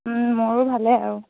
মোৰো ভালে আৰু